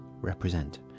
Represent